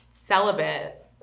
celibate